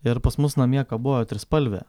ir pas mus namie kabojo trispalvė